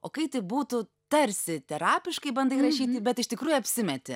o kai tai būtų tarsi terapiškai bandai rašyti bet iš tikrųjų apsimeti